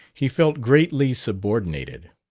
he felt greatly subordinated